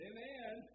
Amen